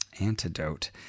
Antidote